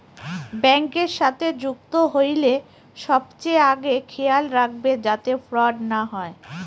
ব্যাঙ্কের সাথে যুক্ত হইলে সবচেয়ে আগে খেয়াল রাখবে যাতে ফ্রড না হয়